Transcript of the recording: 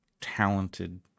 talented